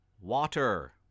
Water